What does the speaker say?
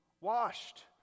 washed